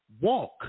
walk